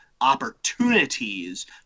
opportunities